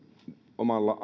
omalla